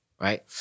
right